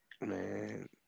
Man